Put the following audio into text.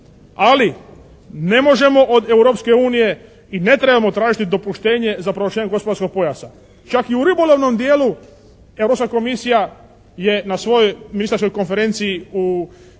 Ali, ne možemo od Europske unije i ne trebamo tražiti dopuštenje za proglašenje gospodarskog pojasa. Čak i u ribolovnom dijelu Europska komisija je na svojoj ministarskoj konferenciji u